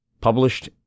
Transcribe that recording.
Published